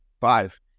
five